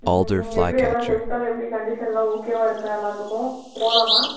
ம் நீங்கள் எப்படி எல்லாம் ஹெல்த்தெல்லாம் எப்படி கண்டிஷன்லாம் ஓகேவாக இருக்கா எல்லாத்துக்கும் போகலாமா